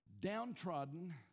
downtrodden